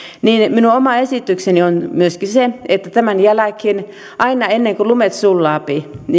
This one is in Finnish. niin minun oma esitykseni on myöskin se että tämän jälkeen aina ennen kuin lumet sulavat